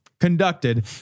conducted